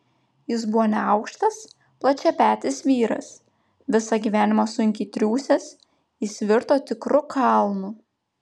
jis buvo neaukštas plačiapetis vyras visą gyvenimą sunkiai triūsęs jis virto tikru kalnu